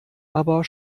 aber